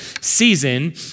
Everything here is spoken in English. season